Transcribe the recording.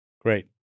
Great